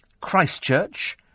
Christchurch